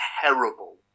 terrible